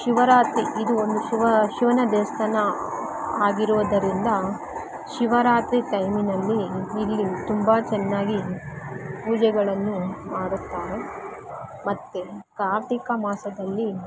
ಶಿವರಾತ್ರಿ ಇದೂ ಒಂದು ಶಿವನ ದೇವಸ್ಥಾನ ಆಗಿರುವುದರಿಂದ ಶಿವರಾತ್ರಿ ಟೈಮಿನಲ್ಲಿ ಇಲ್ಲಿ ತುಂಬ ಚೆನ್ನಾಗಿ ಪೂಜೆಗಳನ್ನು ಮಾಡುತ್ತಾರೆ ಮತ್ತು ಕಾರ್ತಿಕ ಮಾಸದಲ್ಲಿ